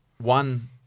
one